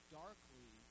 darkly